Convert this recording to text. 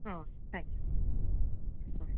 ஆ thanks ஆ